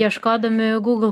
ieškodami google